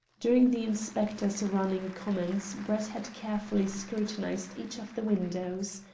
during the inspector's running comments brett had carefully scrutinised each of the windows.